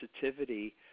sensitivity